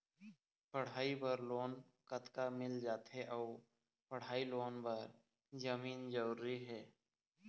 पढ़ई बर लोन कतका मिल जाथे अऊ पढ़ई लोन बर जमीन जरूरी हे?